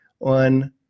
on